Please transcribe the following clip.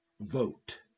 vote